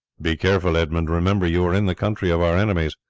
be careful, edmund remember you are in the country of our enemies,